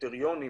קריטריונים